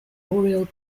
oriel